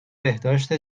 بهداشت